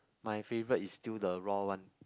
my favourite is still the raw one